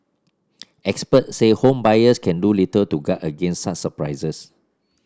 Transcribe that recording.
expert say home buyers can do little to guard against such surprises